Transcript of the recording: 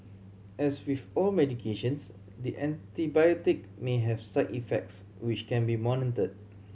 as with all medications the antibiotic may have side effects which can be monitored